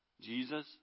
Jesus